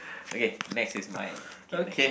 okay next is mine okay next